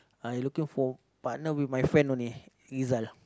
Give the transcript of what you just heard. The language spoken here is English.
I looking for partner with my friend only Rizal